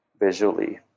visually